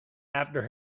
after